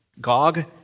Gog